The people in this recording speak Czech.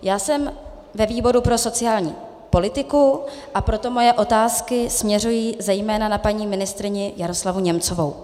Já jsem ve výboru pro sociální politiku, a proto moje otázky směřují zejména na paní ministryni Jaroslavu Němcovou.